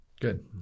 Good